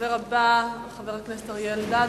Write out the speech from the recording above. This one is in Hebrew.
הדובר הבא, חבר הכנסת אריה אלדד,